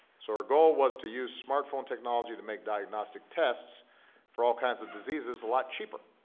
so her goal was to use smartphone technology to make diagnostic tests for all kinds of diseases a lot cheaper.